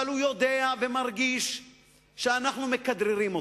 אבל הוא יודע ומרגיש שאנחנו מכדררים אותו.